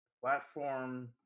platform